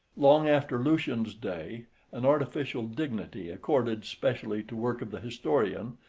long after lucian's day an artificial dignity, accorded specially to work of the historian,